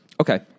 Okay